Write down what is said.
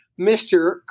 Mr